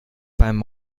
beim